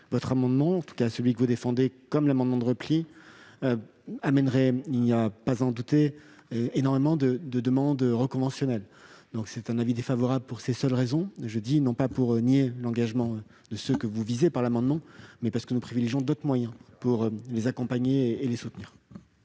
votre amendement, en tout cas celui que vous défendez comme amendement de repli, amènerait à n'en pas douter énormément de demandes reconventionnelles. C'est un avis défavorable pour ces seules raisons. Il s'agit non pas de nier, j'y insiste, l'engagement de ceux que vous visez par l'amendement, mais de privilégier d'autres moyens pour les accompagner et les soutenir.